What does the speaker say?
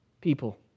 people